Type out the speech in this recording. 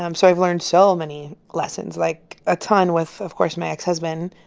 um so i've learned so many lessons, like a ton with, of course, my ex-husband.